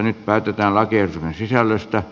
nyt päätetään lakiehdotuksen sisällöstä